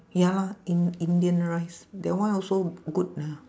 ya lah in~ indian rice that one also good lah